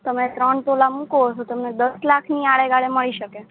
તમે ત્રણ તોલા મૂકો તો તમને દસ લાખની આડે ગાળે મળી શકે